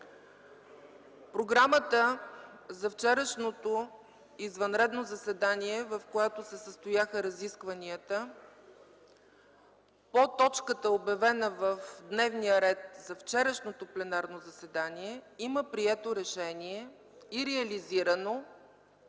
програмата за вчерашното извънредно заседание, в което се състояха разискванията, по точката, обявена в дневния ред за вчерашното пленарно заседание, има прието и реализирано